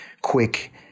quick